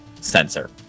sensor